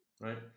right